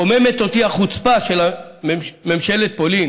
מקוממת אותי החוצפה של ממשלת פולין